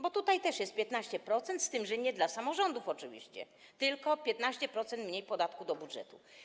Bo tutaj też jest 15%, z tym że nie dla samorządów oczywiście, tylko o 15% mniej podatku do budżetu.